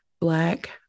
Black